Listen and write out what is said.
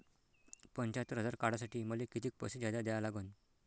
पंच्यात्तर हजार काढासाठी मले कितीक पैसे जादा द्या लागन?